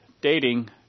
Dating